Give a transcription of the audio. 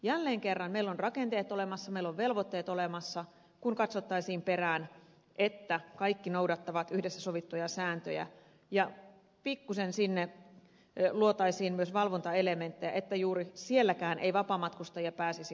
jälleen kerran meillä on rakenteet olemassa meillä on velvoitteet olemassa kun katsottaisiin perään että kaikki noudattavat yhdessä sovittuja sääntöjä ja pikkuisen sinne luotaisiin myös valvontaelementtejä että juuri sielläkään ei vapaamatkustajia pääsisi olemaan